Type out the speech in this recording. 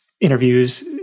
interviews